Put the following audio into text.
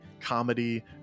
comedy